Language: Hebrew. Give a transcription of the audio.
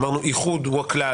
אמרנו שאיחוד הוא הכלל.